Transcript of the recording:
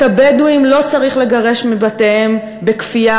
את הבדואים לא צריך לגרש מבתיהם בכפייה